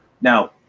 Now